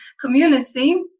community